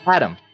Adam